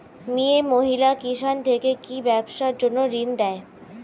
মিয়ে মহিলা কিষান থেকে কি ব্যবসার জন্য ঋন দেয়?